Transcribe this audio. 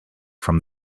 from